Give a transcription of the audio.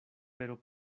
pero